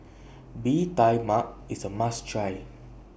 Bee Tai Mak IS A must Try